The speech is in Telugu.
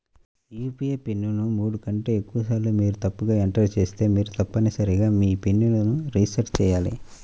యూ.పీ.ఐ పిన్ ను మూడు కంటే ఎక్కువసార్లు మీరు తప్పుగా ఎంటర్ చేస్తే మీరు తప్పనిసరిగా మీ పిన్ ను రీసెట్ చేయాలి